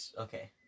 Okay